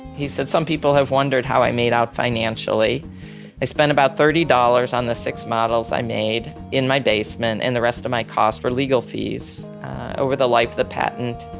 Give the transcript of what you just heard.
he said some people have wondered how i made out financially i spent about thirty dollars on the six models i made in my basement and the rest of my costs were legal fees over the life of the patent.